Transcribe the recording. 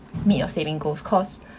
meet your saving goals cause